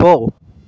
போ